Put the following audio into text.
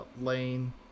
Lane